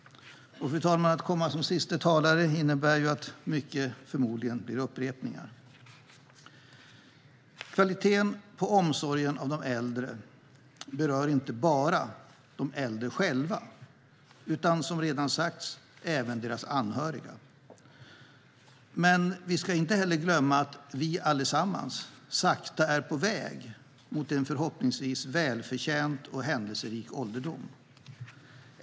Fru talman! Att komma som sista talare innebär att mycket förmodligen blir upprepningar. Kvaliteten på omsorgen av de äldre berör inte bara de äldre själva utan, som redan sagts, även deras anhöriga. Men vi ska inte heller glömma att vi allesammans sakta är på väg mot en förhoppningsvis välförtjänt och händelserik ålderdom.